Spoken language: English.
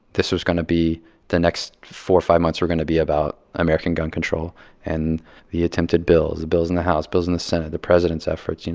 this was going to be the next four or five months were going to be about american gun control and the attempted bills the bills in the house, bills in the senate, the president's efforts. you know,